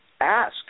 ask